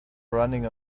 running